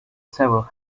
several